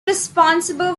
responsible